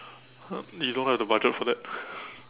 uh you don't have the budget for that